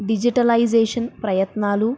digitalisation ప్రయత్నాలు